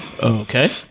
Okay